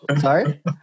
sorry